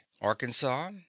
arkansas